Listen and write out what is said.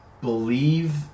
Believe